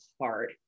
hard